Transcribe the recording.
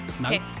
Okay